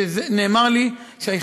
אדוני